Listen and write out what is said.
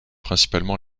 principalement